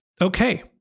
Okay